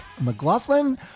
McLaughlin